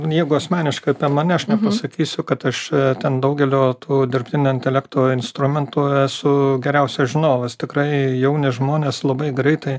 jeigu asmeniškai apie mane aš nepasakysiu kad aš ten daugelio tų dirbtinio intelekto instrumentų esu geriausias žinovas tikrai jauni žmonės labai greitai